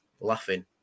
laughing